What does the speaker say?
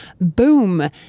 boom